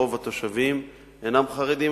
רוב התושבים אינם חרדים,